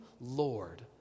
Lord